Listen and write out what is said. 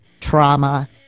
trauma